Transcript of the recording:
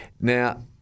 Now